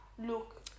Look